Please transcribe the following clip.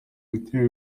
gitera